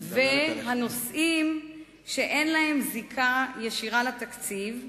ולנושאים שאין להם זיקה ישירה לתקציב.